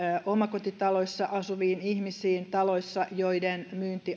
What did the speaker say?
omakotitaloissa asuviin ihmisiin taloissa joiden